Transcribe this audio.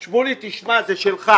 שמולי, תשמע, זה שלך